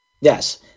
Yes